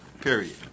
Period